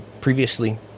previously